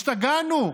השתגענו?